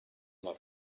not